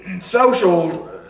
social